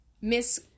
Miss